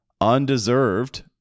undeserved